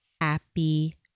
happy